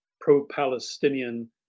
pro-Palestinian